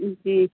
جی